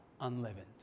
unleavened